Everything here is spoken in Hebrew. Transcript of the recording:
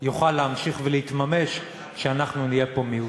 יוכל להמשיך ולהתממש כשאנחנו נהיה פה מיעוט.